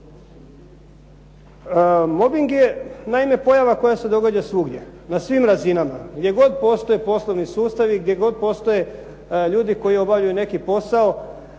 Mobing je naime pojava koja se događa svugdje na svim razinama, gdje god postoje poslovni sustavi, gdje god postoje ljudi koji obavljaju neki posao,